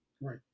Right